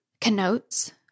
Connotes